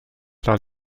tra